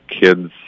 kids